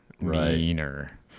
meaner